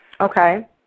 okay